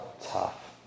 tough